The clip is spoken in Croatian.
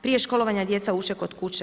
Prije školovanja djeca uče kod kuće.